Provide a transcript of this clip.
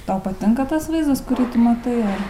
tau patinka tas vaizdas kurį tu matai ar